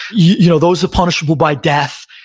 you know those are punishable by death.